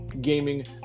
gaming